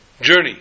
journey